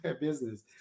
business